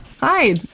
Hi